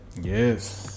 Yes